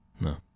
No